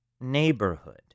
neighborhood